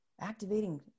activating